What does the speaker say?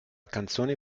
canzone